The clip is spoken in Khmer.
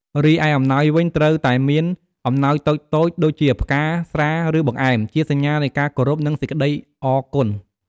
រីឯអំណោយវិញត្រូវតែមាន អំណោយតូចៗដូចជា ផ្កា ស្រា ឬបង្អែម ជាសញ្ញានៃការគោរពនិងសេចក្ដីអរគុណ។